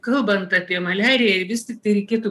kalbant apie maliarijai vis tiktai reikėtų